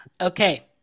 Okay